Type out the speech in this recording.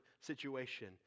situation